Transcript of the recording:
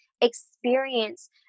experience